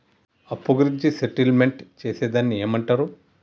అప్పు గురించి సెటిల్మెంట్ చేసేదాన్ని ఏమంటరు?